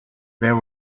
there